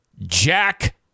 Jack